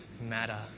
matter